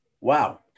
Wow